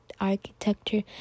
architecture